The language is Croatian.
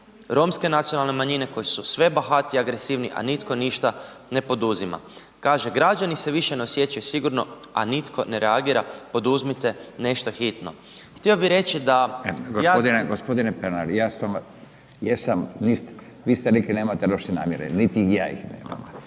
romske nacionalne manjine koji su sve bahatije agresivni, a nitko ništa ne poduzima. Kaže, građani se više ne osjećaju sigurno, a nitko ne reagira poduzmite nešto hitno. Htio bi reći da ja … **Radin, Furio (Nezavisni)** Gospodine Perner, ja sam, vi ste rekli nemate loše namjere, niti ja ih nemam,